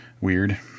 weird